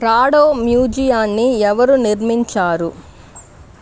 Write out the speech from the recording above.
Prado మ్యూజియాన్ని ఎవరు నిర్మించారు